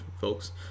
folks